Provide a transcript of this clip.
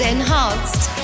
Enhanced